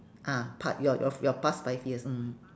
ah part your of your past five years mm